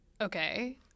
Okay